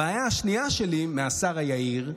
הבעיה השנייה שלי עם השר היהיר,